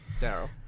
Daryl